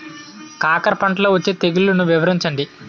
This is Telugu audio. కాకర పంటలో వచ్చే తెగుళ్లను వివరించండి?